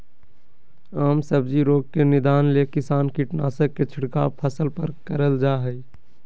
आम सब्जी रोग के निदान ले किसान कीटनाशक के छिड़काव फसल पर करल जा हई